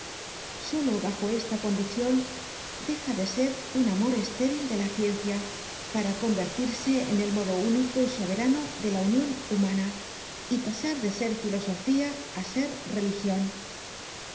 solo bajo esta condicion deja de ser un amor estéril de la ciencia para convertirse en el modo único y soberano de la union humana y pasar de ser filosofía á ser religion